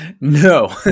no